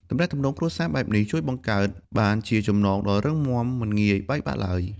ទំនាក់ទំនងគ្រួសារបែបនេះ ជួយបង្កើតបានជាចំណងដ៏រឹងមាំមិនងាយបែកបាក់ឡើយ។